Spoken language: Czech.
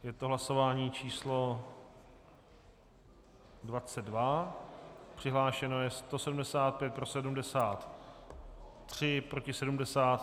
Je to hlasování číslo 22, přihlášeno je 175, pro 73, proti 70.